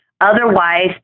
otherwise